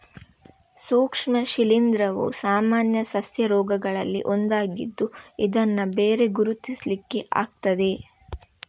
ಸೂಕ್ಷ್ಮ ಶಿಲೀಂಧ್ರವು ಸಾಮಾನ್ಯ ಸಸ್ಯ ರೋಗಗಳಲ್ಲಿ ಒಂದಾಗಿದ್ದು ಇದನ್ನ ಬೇಗ ಗುರುತಿಸ್ಲಿಕ್ಕೆ ಆಗ್ತದೆ